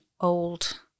old